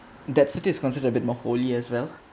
that's it is considered a bit more holy as well